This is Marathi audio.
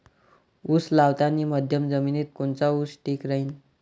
उस लावतानी मध्यम जमिनीत कोनचा ऊस ठीक राहीन?